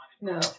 no